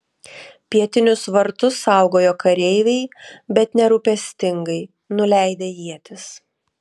pietinius vartus saugojo kareiviai bet nerūpestingai nuleidę ietis